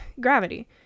gravity